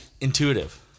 intuitive